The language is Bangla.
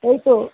এই তো